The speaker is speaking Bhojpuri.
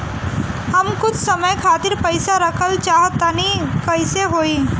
हम कुछ समय खातिर पईसा रखल चाह तानि कइसे होई?